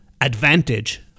advantage